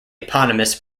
eponymous